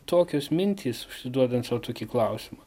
tokios mintys užsiduodant sau tokį klausimą